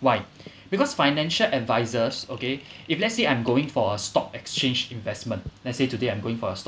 why because financial advisers okay if let's say I'm going for a stock exchange investment let's say today I'm going for a stock